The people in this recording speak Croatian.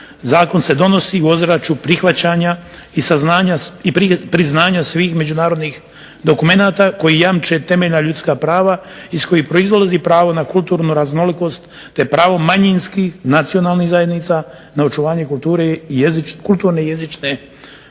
Zakon se donosi u ozračju prihvaćanja i priznanja svih međunarodnih dokumenata koji jamče temeljna ljudska prava iz kojih proizlazi pravo na kulturnu raznolikost te pravo manjinskih nacionalnih zajednica na očuvanje kulturne i jezične raznolikosti